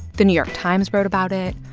the new york times wrote about it.